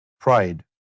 pride